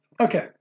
Okay